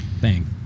bang